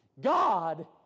God